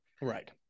right